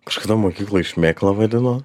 kažkada mokykloj šmėkla vaidino